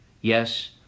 Yes